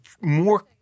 more